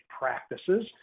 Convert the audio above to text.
Practices